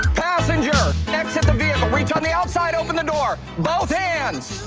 passenger, exit the vehicle. reach on the outside, open the door. both hands!